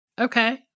okay